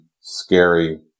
scary